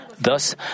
Thus